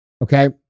Okay